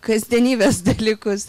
kasdienybės dalykus